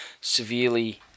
severely